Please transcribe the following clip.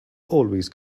always